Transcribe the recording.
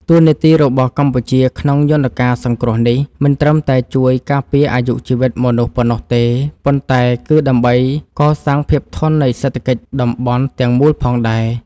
តួនាទីរបស់កម្ពុជាក្នុងយន្តការសង្គ្រោះនេះ មិនត្រឹមតែជួយការពារអាយុជីវិតមនុស្សប៉ុណ្ណោះទេ ប៉ុន្តែ គឺដើម្បីកសាងភាពធន់នៃសេដ្ឋកិច្ចតំបន់ទាំងមូលផងដែរ។